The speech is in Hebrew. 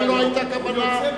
מה לא היתה כוונה,